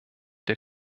der